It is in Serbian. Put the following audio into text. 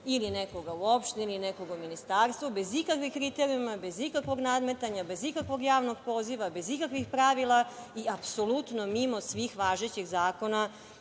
ili nekoga u opštini ili nekoga u ministarstvu, bez ikakvih kriterijuma, bez ikakvog nadmetanja, bez ikakvog javnog poziva, bez ikakvih pravila i apsolutno mimo svih važećih zakona